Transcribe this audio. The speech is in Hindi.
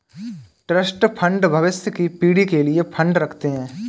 ट्रस्ट फंड भविष्य की पीढ़ी के लिए फंड रखते हैं